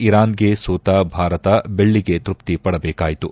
ಇರಾನ್ಗೆ ಸೋತ ಭಾರತ ಬೆಳ್ಳಿಗೆ ತೃಪ್ತಿ ಪಡಬೇಕಾಯಿತು